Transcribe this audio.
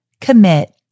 commit